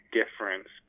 difference